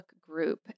group